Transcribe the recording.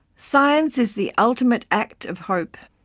science is the ultimate act of hope.